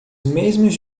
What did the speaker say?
mesmos